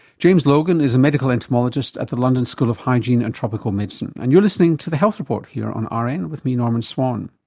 james logan is a medical entomologist at the london school of hygiene and tropical medicine. and you're listening to the health report here on rn and with me, norman swan.